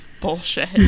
Bullshit